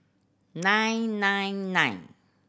nine nine nine